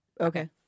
Okay